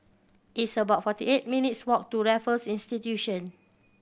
it's about forty eight minutes' walk to Raffles Institution